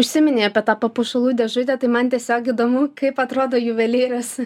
užsiminei apie tą papuošalų dėžutę tai man tiesiog įdomu kaip atrodo juvelyrės